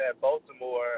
Baltimore